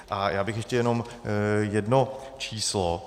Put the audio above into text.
A já bych ještě jenom jedno číslo.